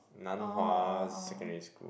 Nan-Hua-Secondary-School